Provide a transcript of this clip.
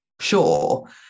sure